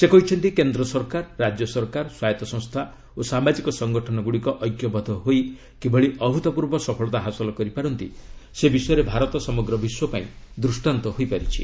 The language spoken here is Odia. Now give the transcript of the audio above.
ସେ କହିଛନ୍ତି କେନ୍ଦ୍ର ସରକାର ରାଜ୍ୟ ସରକାର ସ୍ୱାୟତ୍ତ ସଂସ୍ଥା ଓ ସାମାଜିକ ସଙ୍ଗଠନଗୁଡ଼ିକ ଐକ୍ୟବଦ୍ଧ ହୋଇ କିଭଳି ଅଭ୍ତତ୍ପର୍ବ ସଫଳତା ହାସଲ କରିପାରନ୍ତି ସେ ବିଷୟରେ ଭାରତ ସମଗ୍ର ବିଶ୍ୱପାଇଁ ଦୃଷ୍ଟାନ୍ତ ହୋଇପାରିଛି